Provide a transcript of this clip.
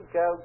go